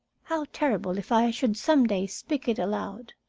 how terrible if i should some day speak it aloud.